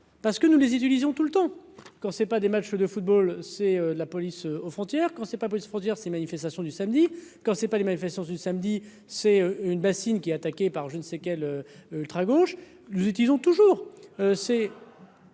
parce que nous les utilisions tout le temps. Quand c'est pas des matchs de football, c'est la police aux frontières qu'on s'est pas produire ces manifestations du samedi, quand c'est pas les manifestants du samedi, c'est une bassine qui, attaqué par je ne sais quel ultra gauche nous utilisons toujours